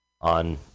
on